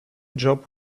job